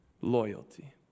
Loyalty